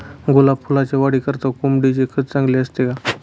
गुलाब फुलाच्या वाढीकरिता कोंबडीचे खत चांगले असते का?